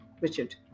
Richard